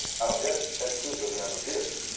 i don't get it, ted cruz doesn't have a beard.